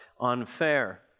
unfair